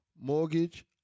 mortgage